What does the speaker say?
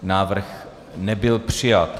Návrh nebyl přijat.